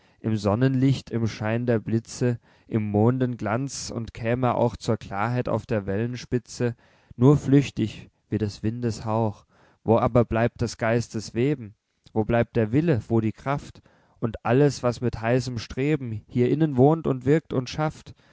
im sonnenlicht im schein der blitze im mondenglanz und käm er auch zur klarheit auf der wellenspitze nur flüchtig wie des windes hauch wo aber bleibt des geistes weben wo bleibt der wille wo die kraft und alles was mit heißem streben hier innen wohnt und wirkt und schafft